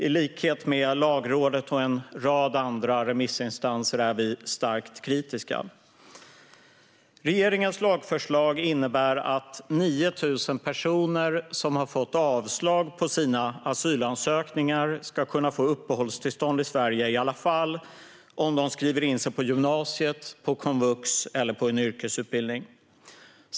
I likhet med Lagrådet och en rad andra remissinstanser är vi starkt kritiska. Regeringens lagförslag innebär att 9 000 personer som har fått avslag på sina asylansökningar ska kunna få uppehållstillstånd i Sverige - i alla fall om de skriver in sig på gymnasiet, på komvux eller på en yrkesutbildning.